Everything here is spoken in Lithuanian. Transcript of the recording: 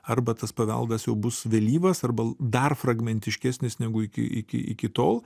arba tas paveldas jau bus vėlyvas arba dar fragmentiškesnis negu iki iki iki tol